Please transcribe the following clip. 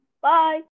Bye